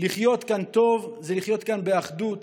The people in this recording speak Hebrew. לחיות כאן טוב זה לחיות כאן באחדות,